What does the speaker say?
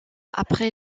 après